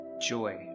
joy